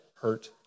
hurt